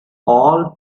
all